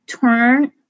turn